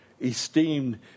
esteemed